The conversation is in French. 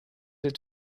êtes